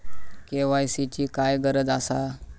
KYC ची काय गरज आसा?